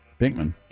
Pinkman